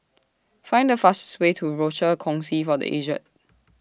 Find The fastest Way to Rochor Kongsi For The Aged